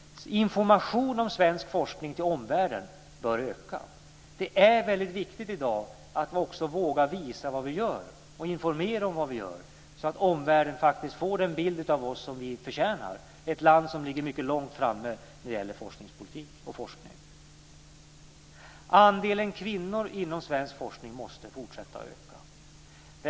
Informationen om svensk forskning till omvärlden bör öka. Det är väldigt viktigt i dag att vi vågar visa och informera om vad vi gör så att omvärlden får den bild av oss som vi förtjänar, dvs. ett land som ligger mycket långt framme med forskningspolitik och forskning. Andelen kvinnor inom svensk forskning måste fortsätta att öka.